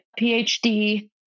PhD